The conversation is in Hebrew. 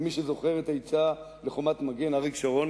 מי שזוכר את היציאה ל"חומת מגן" אריק שרון,